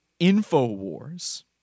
Infowars